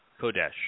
Kodesh